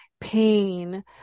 pain